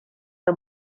que